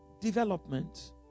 development